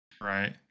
right